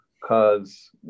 cause